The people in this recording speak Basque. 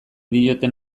dioten